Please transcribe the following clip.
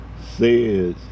says